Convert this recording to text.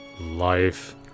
Life